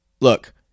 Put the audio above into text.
Look